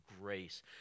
grace